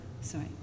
Sorry